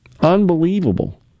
Unbelievable